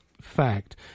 fact